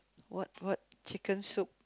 what what chicken soup